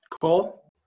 Cool